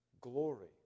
glory